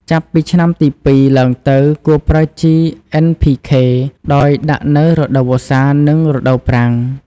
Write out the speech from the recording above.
ចាប់ពីឆ្នាំទី ២ ឡើងទៅ គួរប្រើជី NPK ដោយដាក់នៅរដូវវស្សា និងរដូវប្រាំង។